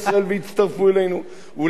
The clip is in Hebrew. אולי גם אם איתן כבל יחזור בתשובה,